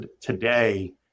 today